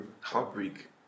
Heartbreak